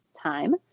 time